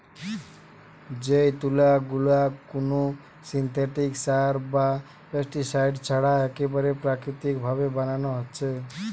যেই তুলা গুলা কুনো সিনথেটিক সার বা পেস্টিসাইড ছাড়া একেবারে প্রাকৃতিক ভাবে বানানা হচ্ছে